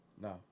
No